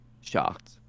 shocked